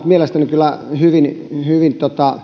mielestäni kyllä hyvin hyvin